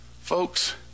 folks